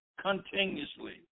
continuously